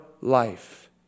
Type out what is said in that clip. life